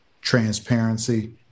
transparency